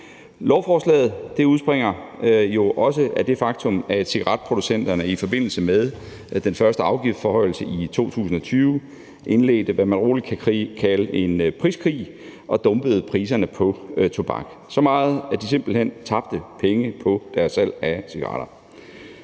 Lovforslaget udspringer også af det faktum, at cigaretproducenterne i forbindelse med den første afgiftsforhøjelse i 2020 indledte, hvad man roligt kan kalde en priskrig, og dumpede priserne på tobak – så meget, at de simpelt hen tabte penge på deres salg af cigaretter.